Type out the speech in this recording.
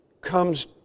comes